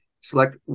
select